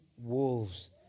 wolves